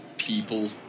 People